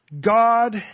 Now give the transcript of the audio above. God